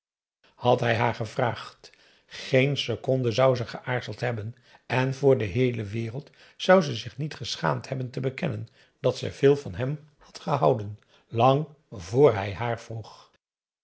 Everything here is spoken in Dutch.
had hij haar gevraagd geen seconde zou ze geaarzeld hebben en voor de heele wereld zou ze zich niet geschaamd hebben te bekennen dat ze veel van hem had gehouden lang vr hij haar vroeg